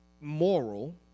moral